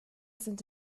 sind